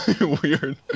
weird